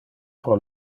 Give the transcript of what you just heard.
pro